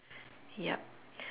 yup